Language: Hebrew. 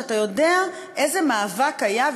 שאתה יודע איזה מאבק היה,